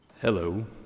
Hello